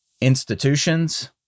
institutions